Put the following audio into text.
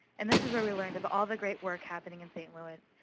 and this is what we learned of all the great work happening in st. louis,